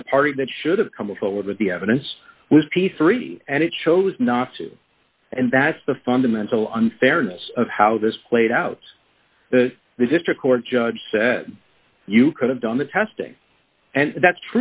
and the party that should have come forward with the evidence was p three and it chose not to and that's the fundamental unfairness of how this played out the the district court judge said you could have done the testing and that